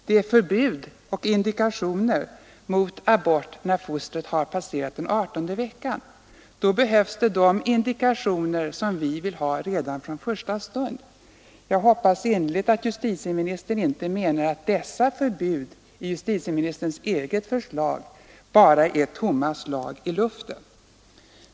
När fostret har passerat adertonde veckan är det förbud mot abort. Då behövs de indikationer som vi vill ha redan från första stund. Jag hoppas innerligt att justitieministern inte menar att dessa förbud i hans eget förslag bara är slag i tomma luften.